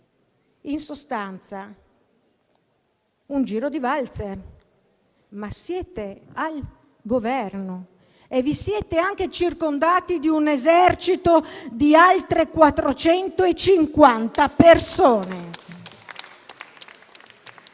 In sostanza, un giro di valzer; ma siete al Governo e vi siete anche circondati di un esercito di altre 450 persone!